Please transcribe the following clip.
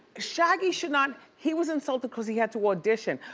shaggy should not, he was insulted cause he had to audition.